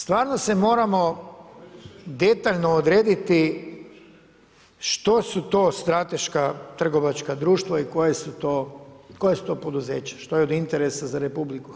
Stvarno se moramo detaljno odrediti što su to strateška trgovačka društva i koja su to poduzeća što je od interesa za RH.